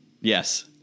Yes